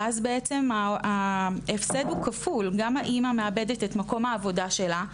ואז בעצם ההפסד הוא כפול גם האימא מאבדת את מקום העבודה שלה,